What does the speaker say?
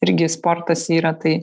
irgi sportas yra tai